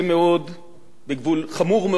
חמור מאוד, בגבול ישראל מצרים.